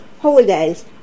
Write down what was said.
holidays